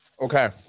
Okay